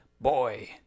boy